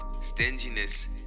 Stinginess